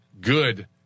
good